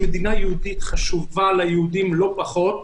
שמדינה יהודית חשובה ליהודים לא פחות,